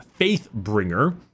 Faithbringer